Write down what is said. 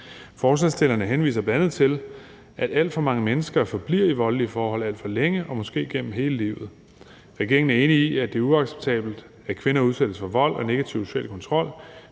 Forslagsstillerne henviser bl.a. til, at alt for mange mennesker forbliver i voldelige forhold alt for længe og måske igennem hele livet. Regeringen er enig i, at det er uacceptabelt, at kvinder udsættes for vold og negativ social kontrol.